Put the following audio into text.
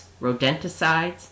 rodenticides